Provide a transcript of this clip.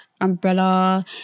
umbrella